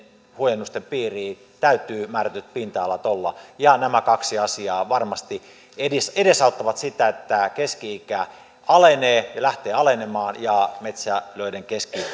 huojennusten piiriin pääsee niin täytyy määrätyt pinta alat olla ja nämä kaksi asiaa varmasti edesauttavat sitä että keski ikä alenee ja lähtee alenemaan ja metsälöiden